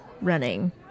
running